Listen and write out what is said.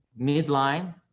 midline